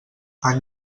han